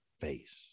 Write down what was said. face